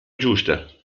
giusta